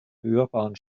hörbaren